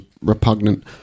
repugnant